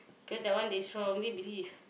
cause that one they strongly believe